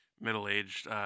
middle-aged